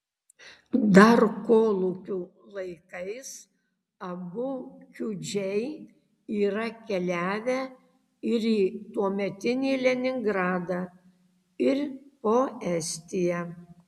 dar kolūkių laikais abu kiudžiai yra keliavę ir į tuometį leningradą ir po estiją